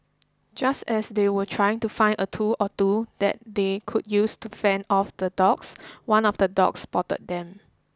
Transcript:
just as they were trying to find a tool or two that they could use to fend off the dogs one of the dogs spotted them